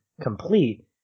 complete